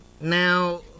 now